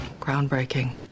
Groundbreaking